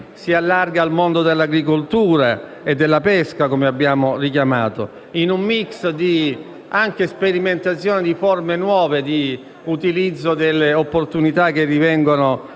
si allarga al mondo dell'agricoltura e delle pesca, come abbiamo richiamato, in un *mix* di sperimentazioni di forme nuove di utilizzo delle opportunità che vengono